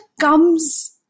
comes